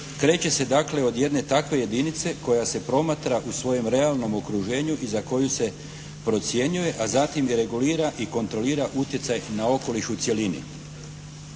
Kreće se dakle od jedne takve jedinice koja se promatra u svojem realnom okruženju i za koju se procjenjuje a zatim i regulira i kontrolira utjecaj na okoliš u cjelini.